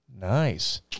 Nice